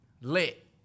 Lit